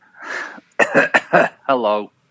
Hello